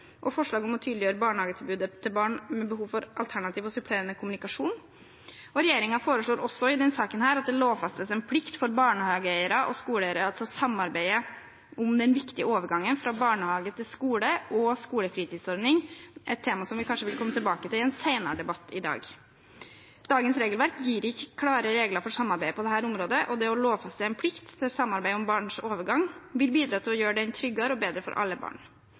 og om å tydeliggjøre barnehagetilbudet til barn med behov for alternativ og supplerende kommunikasjon. Regjeringen foreslår også i denne saken at det lovfestes en plikt for barnehageeiere og skoleeiere til å samarbeide om den viktige overgangen fra barnehage til skole og skolefritidsordning – et tema som vi kanskje vil komme tilbake til i en senere debatt i dag. Dagens regelverk gir ikke klare regler for samarbeid på dette området, og det å lovfeste en plikt til samarbeid om barns overgang vil bidra til å gjøre den tryggere og bedre for alle barn.